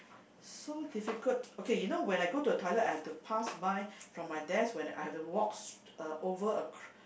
so difficult okay you know when I go to the toilet I have to pass by from my desk when I have to walk s~ uh over ac~